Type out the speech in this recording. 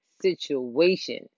situation